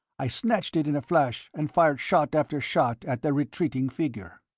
i snatched it in a flash and fired shot after shot at the retreating figure.